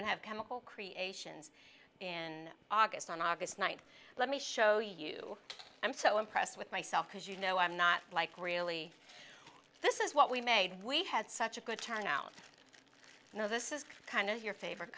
to have chemical creations in august on august ninth let me show you i'm so impressed with myself because you know i'm not like really this is what we made we had such a good time now you know this is kind of your favorite